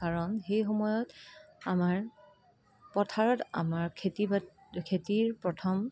কাৰণ সেই সময়ত আমাৰ পথাৰত খেতি খেতিৰ প্ৰথম